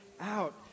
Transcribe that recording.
out